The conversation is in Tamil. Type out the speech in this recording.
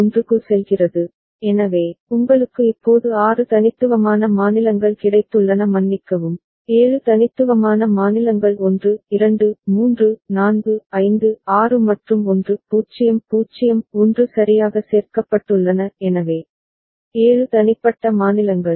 QC எனவே உங்களுக்கு இப்போது 6 தனித்துவமான மாநிலங்கள் கிடைத்துள்ளன மன்னிக்கவும் 7 தனித்துவமான மாநிலங்கள் 1 2 3 4 5 6 மற்றும் 1 0 0 1 சரியாக சேர்க்கப்பட்டுள்ளன எனவே 7 தனிப்பட்ட மாநிலங்கள்